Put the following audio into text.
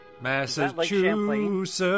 Massachusetts